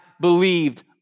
believed